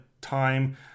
time